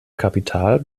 kapital